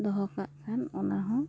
ᱫᱚᱦᱚ ᱠᱟᱜ ᱠᱷᱟᱱ ᱚᱱᱟ ᱦᱚᱸ